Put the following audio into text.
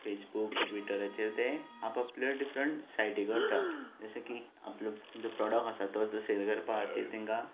Facebook ट्विटराचेर तें आपआपलें डिफरंट सायटी करता जशें की आपल्यो ज्यो प्रोडोक्ट आसता तो सेल करपा खातीर तांकां